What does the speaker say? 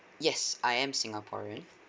yes I am singaporean